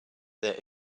there